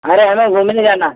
अरे हमें घूमने नहीं जाना है